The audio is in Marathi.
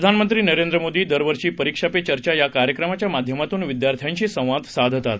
प्रधानमंत्री नरेंद्र मोदी दरवर्षी परीक्षा पे चर्चा या कार्यक्रमाच्या माध्यमातून विद्यार्थ्यांशी संवाद साधतात